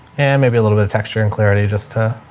and maybe a little bit of texture and clarity just to